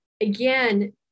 again